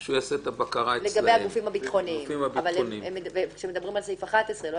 מה שמטריד אותם זה שכשאת בודקת את הגופים בסעיף 11 את רואה